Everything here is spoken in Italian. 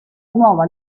nuova